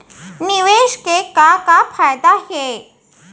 निवेश के का का फयादा हे?